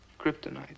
kryptonite